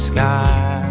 Sky